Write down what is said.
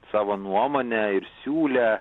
savo nuomonę ir siūlė